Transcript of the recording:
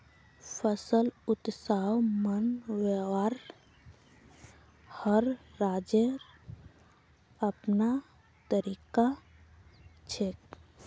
फसल उत्सव मनव्वार हर राज्येर अपनार तरीका छेक